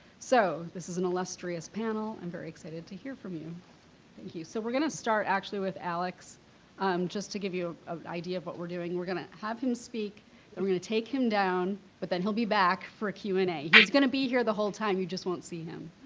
so this is an illustrious panel, i'm very excited to hear from you, thank you. so we're gonna start actually with alex um just to give you an idea of what we're doing. we're gonna have him speak then we're gonna take him down, but then he'll be back for a q and a, he's gonna be here the whole time, you just won't see him.